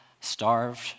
starved